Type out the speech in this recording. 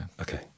Okay